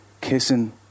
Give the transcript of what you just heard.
kissing